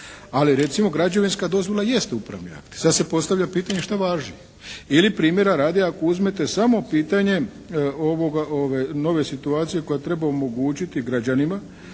ali recimo građevinska dozvola jest upravni akt, i sad se postavlja pitanje šta važi ili primjera radi ako uzmete samo pitanje nove situacije koja treba omogućiti građanima